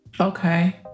okay